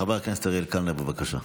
חבר הכנסת אריאל קלנר, בבקשה.